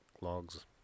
logs